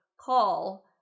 call